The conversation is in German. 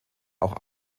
auch